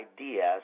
ideas